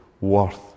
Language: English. worth